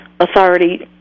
authority